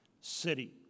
city